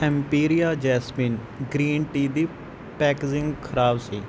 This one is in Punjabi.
ਐਮਪੀਰੀਆ ਜੈਸਮੀਨ ਗ੍ਰੀਨ ਟੀ ਦੀ ਪੈਕੇਜ਼ਿੰਗ ਖਰਾਬ ਸੀ